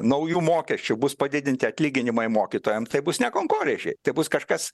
naujų mokesčių bus padidinti atlyginimai mokytojams tai bus ne konkorėžiai tebus kažkas